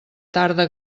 tarda